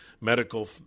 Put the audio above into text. medical